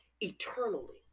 eternally